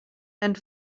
and